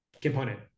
component